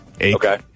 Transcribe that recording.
Okay